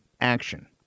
action